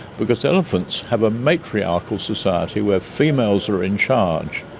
because elephants have a matriarchal society where females are in charge.